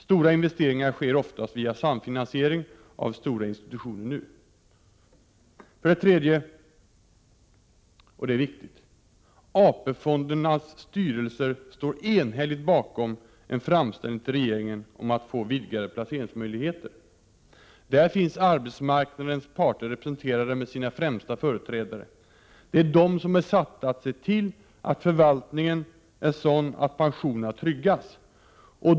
Stora investeringar sker oftast via samfinansiering av stora institutioner. 3. AP-fondernas styrelser står enhälligt bakom en framställning till regeringen om att få vidgade placeringsmöjligheter. Där finns arbetsmarknadens parter representerade med sina främsta företrädare. Det är de som är satta att se till att förvaltningen är sådan att pensionerna tryggas.